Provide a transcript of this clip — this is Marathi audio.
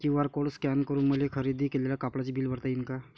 क्यू.आर कोड स्कॅन करून मले खरेदी केलेल्या कापडाचे बिल भरता यीन का?